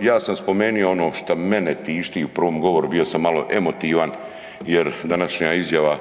Ja sam spomenuo ono što mene tišti, u prvom govoru bio sam malo emotivan jer današnja izjava